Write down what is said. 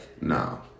No